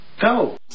Go